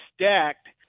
stacked